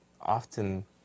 often